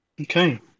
okay